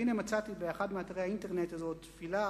והנה, מצאתי באחד מאתרי האינטרנט תפילה